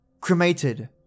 cremated